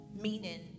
meaning